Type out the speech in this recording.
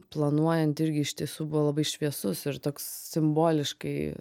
planuojant irgi iš tiesų buvo labai šviesus ir toks simboliškai